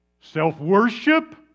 self-worship